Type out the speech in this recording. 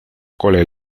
cola